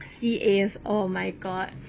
C_A's oh my god